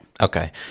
Okay